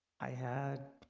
i had